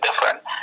different